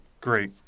great